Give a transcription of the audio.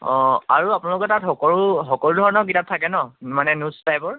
অঁ আৰু আপোনালোকৰ তাত সকলো সকলো ধৰণৰ কিতাপ থাকে ন মানে নোটছ্ টাইপৰ